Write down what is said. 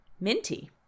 Minty